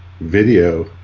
video